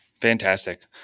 Fantastic